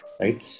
right